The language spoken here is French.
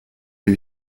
lui